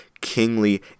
kingly